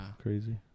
crazy